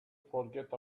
forget